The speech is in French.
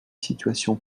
situation